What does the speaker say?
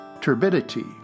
Turbidity